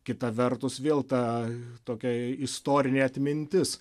kita vertus vėl ta tokia istorinė atmintis